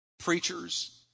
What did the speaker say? preachers